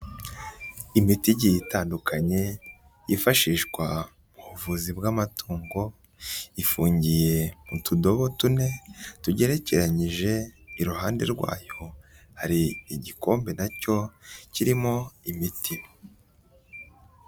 Imitigi itandukanye yifashishwa ubuvuzi bw'amatungo, ifungiye mu tudobo tune tugerekeranyije, iruhande rwayo hari igikombe nacyo kirimo imiti.